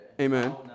Amen